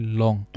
long